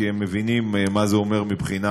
כי הם מבינים מה זה אומר מבחינת